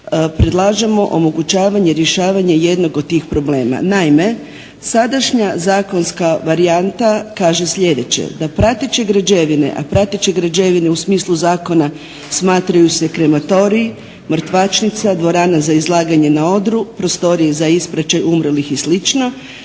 predlažemo omogućavanje rješavanja jednako tih problema. Naime, sadašnja zakonska varijanta kaže sljedeće, da prateće građevine, a prateće građevine u smislu zakona smatraju se krematorij, mrtvačnica, dvorana za izlaganja na odru, prostorije za ispraćaj umrlih i sl.